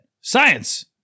Science